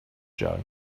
jug